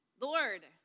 Lord